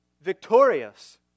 victorious